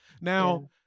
now